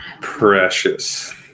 Precious